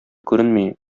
күренми